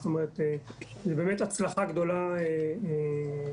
זאת אומרת זו באמת הצלחה גדולה מאוד